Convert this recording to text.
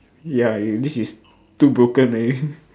ya this is too broken already